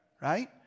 right